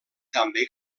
també